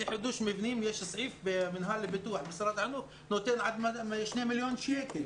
יש סעיף במינהל לפיתוח של משרד החינוך שנותן עד 2 מיליון שקל,